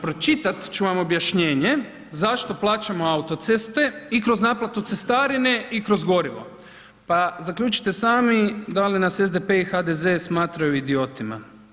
Pročitat ću vam objašnjenje zašto plaćamo autoceste i kroz naplatu cestarine i kroz gorivo pa zaključite sami da li nas SDP i HDZ smatraju idiotima.